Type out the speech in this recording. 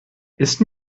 ist